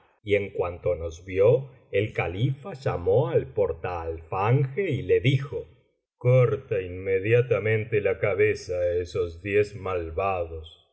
y en cuanto nos vio el califa llamó al portaalfanje y le dijo corta inmediatamente la cabeza